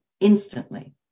instantly